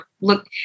Look